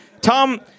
Tom